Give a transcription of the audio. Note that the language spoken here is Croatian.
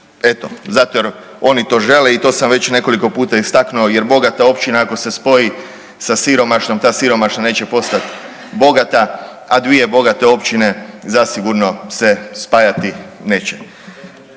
eto zato jer oni to žele i to sam već nekoliko puta istaknuo, jer bogata općina ako se spoji sa siromašnom, ta siromašna neće postati bogata, a dvije bogate općine zasigurno se spajati neće.